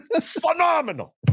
phenomenal